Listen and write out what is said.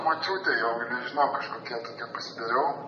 močiutė jau nežinau kažkokia tokia pasidariau